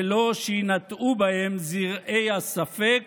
ולא שיינטעו בהם זרעי הספק